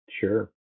Sure